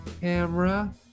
Camera